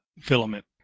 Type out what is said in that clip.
filament